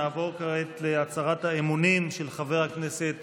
נעבור כעת להצהרת האמונים של חבר הכנסת